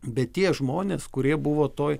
bet tie žmonės kurie buvo toj